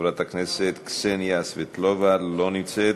חברת הכנסת קסניה סבטלובה, לא נמצאת,